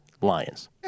Lions